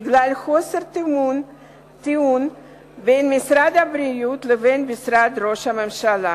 בגלל חוסר תיאום בין משרד הבריאות לבין משרד ראש הממשלה.